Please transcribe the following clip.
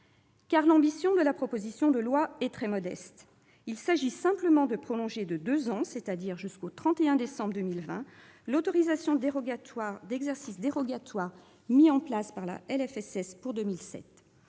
Car l'ambition de la proposition de loi est très modeste : il s'agit simplement de prolonger de deux ans, c'est-à-dire jusqu'au 31 décembre 2020, l'autorisation d'exercice dérogatoire mise en place par la loi de